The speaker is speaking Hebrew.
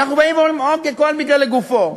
ואנחנו באים ואומרים: אוקיי, כל מקרה לגופו: